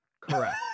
Correct